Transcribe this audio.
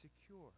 secure